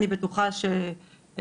לא,